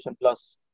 Plus